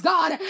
God